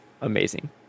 amazing